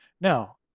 now